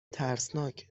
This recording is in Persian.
ترسناک